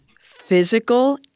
physical